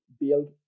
build